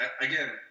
again